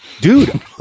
Dude